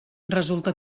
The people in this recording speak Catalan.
resulta